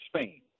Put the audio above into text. Spain